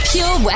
Pure